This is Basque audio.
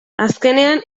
azkenean